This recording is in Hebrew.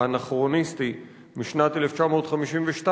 האנכרוניסטי משנת 1952,